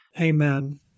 Amen